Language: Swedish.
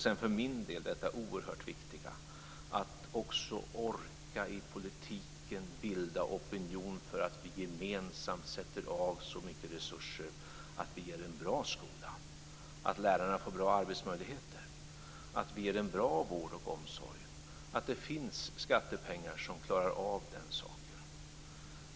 Sedan har vi det för mig så oerhört viktiga, att också orka att i politiken bilda opinion för att vi gemensamt sätter av så mycket resurser att vi ger en bra skola, att läraren får bra arbetsmöjligheter, att vi ger en bra vård och omsorg och att det finns skattepengar som klarar av den saken.